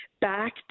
back